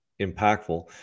impactful